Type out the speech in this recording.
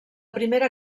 primera